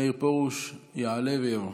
מאיר פרוש יעלה ויבוא.